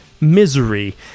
Misery